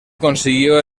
consiguió